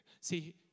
See